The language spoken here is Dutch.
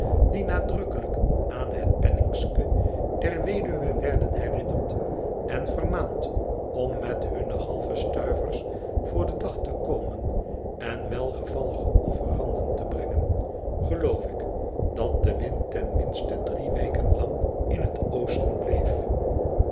die nadrukkelijk aan het penningske der weduwe werden herinnerd en vermaand om met hunne halve stuivers voor den dag te komen en welgevallige offeranden te brengen geloof ik dat de wind ten minste drie weken lang in het oosten bleef